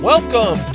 Welcome